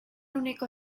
único